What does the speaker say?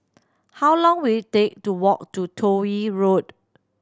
how long will it take to walk to Toh Yi Road